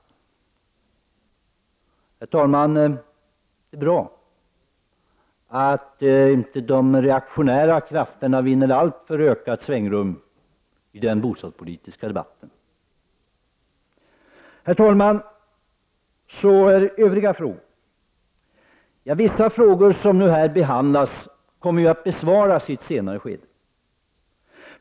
Herr talman! Det är bra att de reaktionära krafterna inte vinner alltför mycket ökat svängrum i den bostadspolitiska debatten. Vissa av dessa frågor kommer att besvaras i ett senare skede.